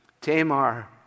Tamar